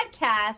podcast